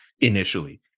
initially